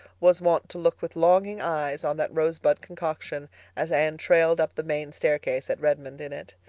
was wont to look with longing eyes on that rosebud concoction as anne trailed up the main staircase at redmond in it.